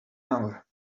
hour